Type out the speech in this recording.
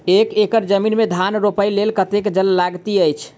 एक एकड़ जमीन मे धान रोपय लेल कतेक जल लागति अछि?